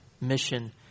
mission